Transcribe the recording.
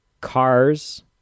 Cars